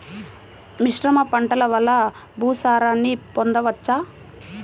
మిశ్రమ పంటలు వలన భూసారాన్ని పొందవచ్చా?